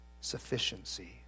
sufficiency